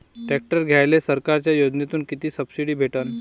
Tractor घ्यायले सरकारच्या योजनेतून किती सबसिडी भेटन?